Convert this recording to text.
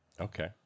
Okay